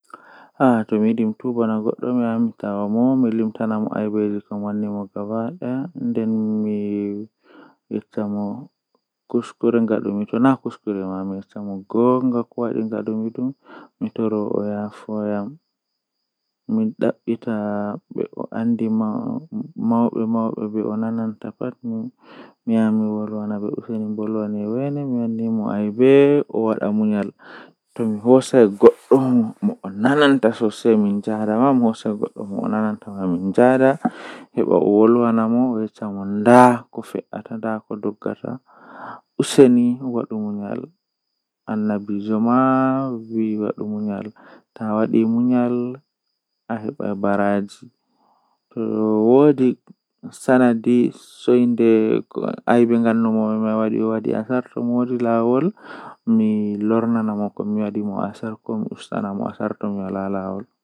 Jei waati man mi fistan dum malla mi itta dum ndenmi hoosa kesum jei wadi man mi habba dum mi lorna bano mi tawi kiddum man.